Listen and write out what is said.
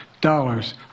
dollars